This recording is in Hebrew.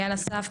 איל אסף,